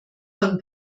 von